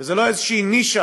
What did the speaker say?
וזו לא איזושהי נישה